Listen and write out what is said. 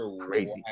Crazy